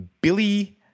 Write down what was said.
Billy